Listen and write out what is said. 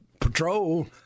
patrol